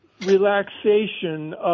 relaxation